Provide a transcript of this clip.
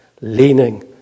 leaning